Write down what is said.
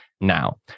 now